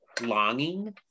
longing